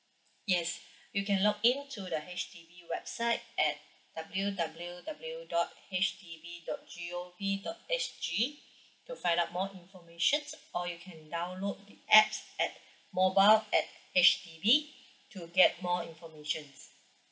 yes you can log in to the H_D_B website at W_W_W dot H D B dot G_O_V dot S_G to find out more informations or you can download the apps at mobile at H_D_B to get more informations